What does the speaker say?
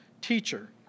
Teacher